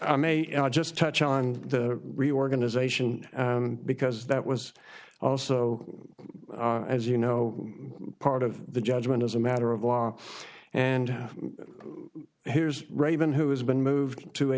i may just touch on the reorganization because that was also as you know part of the judgment as a matter of law and here's raven who has been moved to a